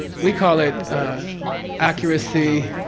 we call it accuracy,